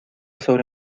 sobre